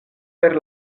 per